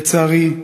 לצערי,